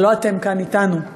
זה לא אתם כאן אתנו,